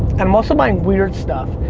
and most of my weird stuff,